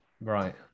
right